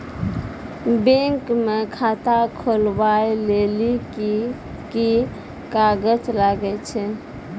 Bank म खाता खोलवाय लेली की की कागज लागै छै?